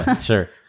Sure